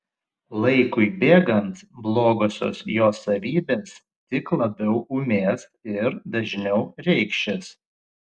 laikui bėgant blogosios jo savybės tik labiau ūmės ir dažniau reikšis